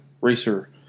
racer